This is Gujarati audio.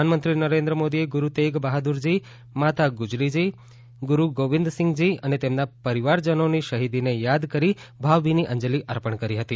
પ્રધાનમંત્રી નરેન્દ્ર મોદીએ ગુરુતેગ બહાદુર જી માતા ગુજરી જી ગુરુ ગોવિંદસિંહ જી અને તેમના પરિવારજનોની શહીદીને યાદ કરી ભાવભીની અંજલિ અર્પણ કરી હતી